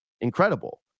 incredible